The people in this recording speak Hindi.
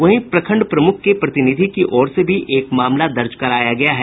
वहीं प्रखंड प्रमुख के प्रतिनिधि की ओर से भी मामला दर्ज कराया गया है